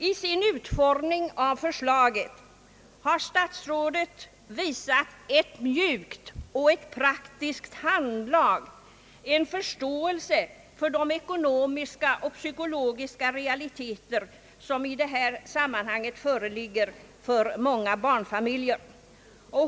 I sin utformning av förslaget har statsrådet visat ett mjukt och ett praktiskt handlag, en förståelse för de ekonomiska och psykologiska realiteter som i detta sammanhang föreligger för många barnfamiljer.